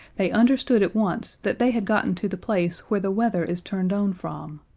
they understood at once that they had gotten to the place where the weather is turned on from.